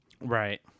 Right